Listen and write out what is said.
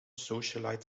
socialite